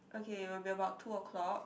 okay will be about two o-clock